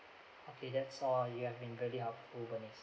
okay that's all you have been really helpful bernice